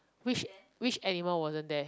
which which animal wasn't there